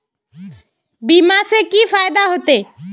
बीमा से की फायदा होते?